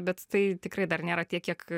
bet tai tikrai dar nėra tiek kiek